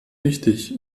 wichtig